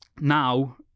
now